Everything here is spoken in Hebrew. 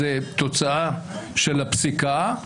זה תוצאה של הפסיקה,